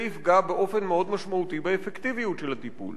זה יפגע באופן מאוד משמעותי באפקטיביות של הטיפול.